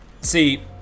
See